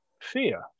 fear